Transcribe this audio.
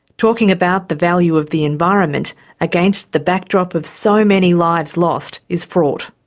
talking about the value of the environment against the backdrop of so many lives lost is fraught.